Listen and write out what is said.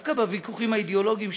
דווקא בוויכוחים האידיאולוגיים,